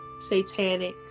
satanic